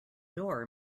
door